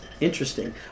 Interesting